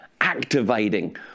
activating